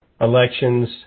Elections